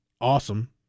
awesome